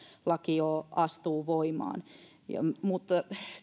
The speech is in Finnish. laki jo astuu voimaan mutta